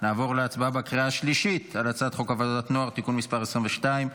נעבור להצבעה בקריאה השלישית על הצעת חוק עבודת נוער (תיקון מס' 22),